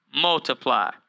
multiply